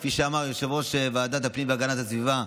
כפי שאמר יושב-ראש ועדת הפנים והגנת הסביבה,